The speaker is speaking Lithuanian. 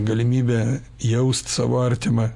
galimybę jaust savo artimą